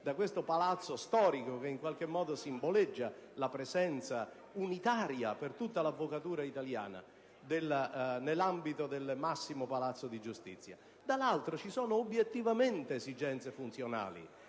da questo palazzo storico, che in qualche modo simboleggia la presenza unitaria di tutta l'avvocatura italiana nell'ambito del massimo palazzo di giustizia. D'altra parte, si pongono obiettivamente esigenze funzionali,